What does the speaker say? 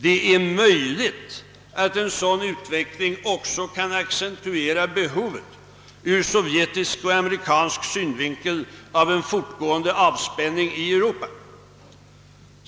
Det är vidare möjligt att en sådan utveckling kan accentuera behovet ur sovjetisk och amerikansk synvinkel av en fortgående avspänning i Europa.